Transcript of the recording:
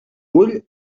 vull